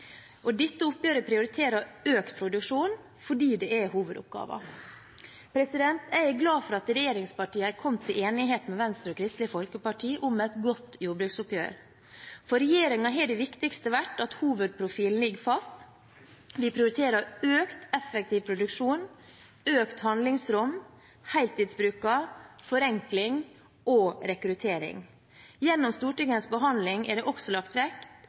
Og dette oppgjøret prioriterer økt produksjon, fordi det er hovedoppgaven. Jeg er glad for at regjeringspartiene har kommet til enighet med Venstre og Kristelig Folkeparti om et godt jordbruksoppgjør. For regjeringen har det viktigste vært at hovedprofilen ligger fast. Vi prioriterer økt effektiv produksjon, økt handlingsrom, heltidsbrukene, forenkling og rekruttering. Gjennom Stortingets behandling er det også lagt